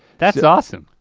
that's awesome.